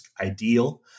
ideal